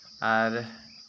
ᱟᱨ